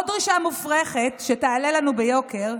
עוד דרישה מופרכת שתעלה לנו ביוקר,